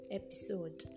episode